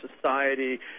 society